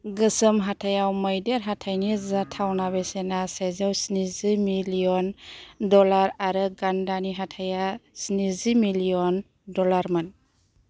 गोसोम हाथाइयाव मैदेर हाथाइनि जाथावना बेसेना सेजौ स्निजि मिलियन डलार आरो गान्दानि हाथाइया स्निजि मिलियन डलारमोन